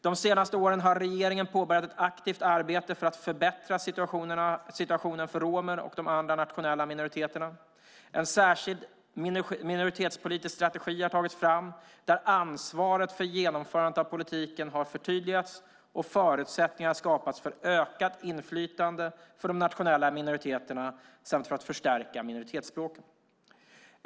De senaste åren har regeringen påbörjat ett aktivt arbete för att förbättra situationen för romer och de andra nationella minoriteterna. En särskild minoritetspolitisk strategi har tagits fram där ansvaret för genomförandet av politiken har förtydligats och förutsättningar har skapats för att öka inflytandet för de nationella minoriteterna samt för att förstärka minoritetsspråken.